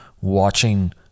watching